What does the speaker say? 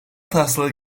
taslağı